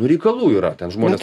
nu reikalų yra ten žmonės